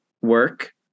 work